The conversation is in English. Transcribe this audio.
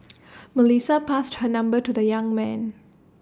Melissa passed her number to the young man